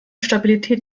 stabilität